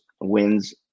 wins